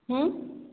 ହୁଁ